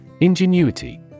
Ingenuity